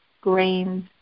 grains